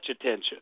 attention